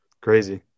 Crazy